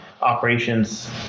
operations